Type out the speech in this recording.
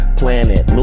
planet